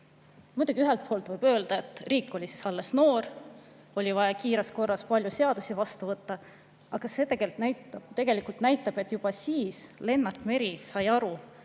Muidugi võib öelda, et riik oli alles noor, siis oli vaja kiires korras palju seadusi vastu võtta, aga see tegelikult näitab, et juba siis Lennart Meri sai aru,